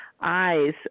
eyes